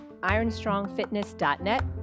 ironstrongfitness.net